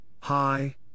hi